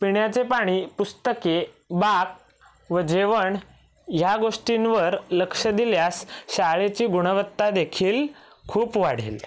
पिण्याचे पाणी पुस्तके बाक व जेवण ह्या गोष्टींवर लक्ष दिल्यास शाळेची गुणवत्ता देखील खूप वाढेल